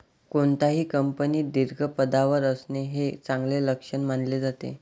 कोणत्याही कंपनीत दीर्घ पदावर असणे हे चांगले लक्षण मानले जाते